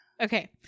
Okay